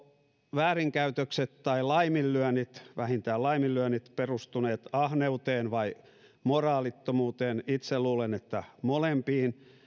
väärinkäytökset tai laiminlyönnit vähintään laiminlyönnit perustuneet ahneuteen vai moraalittomuuteen itse luulen että molempiin